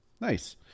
nice